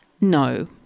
No